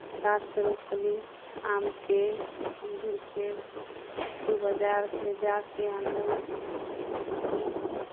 गाछ रोपली आमके अमदुरके खानपुर बाजारसँ जा कऽ आनलहुँ खुरपी